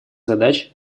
задач